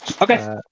Okay